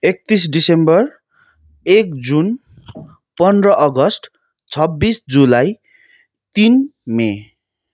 एकतिस डिसेम्बर एक जुन पन्ध्र अगस्त छब्बिस जुलाई तिन मई